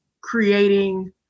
creating